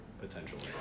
potentially